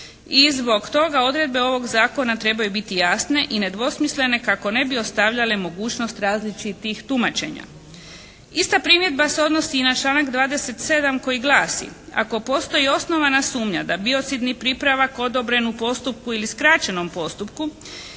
i zbog toga odredbe ovog zakona trebaju biti jasne i nedvosmislene kako ne bi ostavljale mogućnost različitih tumačenja. Ista primjedba se odnosi na članak 27. koji glasi: «Ako postoji osnovana sumnja da biocidni pripravak odobren u postupku ili skraćenom postupku